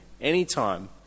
anytime